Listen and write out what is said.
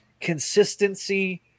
consistency